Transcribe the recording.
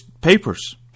papers